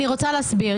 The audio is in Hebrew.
אני רוצה להסביר.